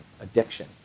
addiction